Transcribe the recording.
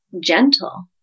gentle